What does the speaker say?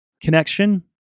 connection